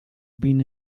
been